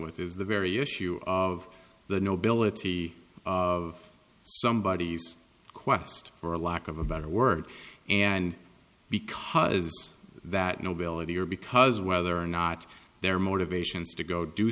is the very issue of the nobility of somebody's quest for lack of a better word and because that nobility or because whether or not their motivations to go do